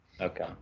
okay